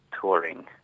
touring